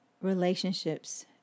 relationships